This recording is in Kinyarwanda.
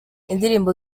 indirimbo